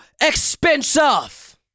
expensive